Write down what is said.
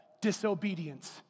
disobedience